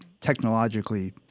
technologically